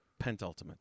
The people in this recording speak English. Pentultimate